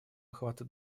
охвата